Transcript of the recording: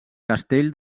castell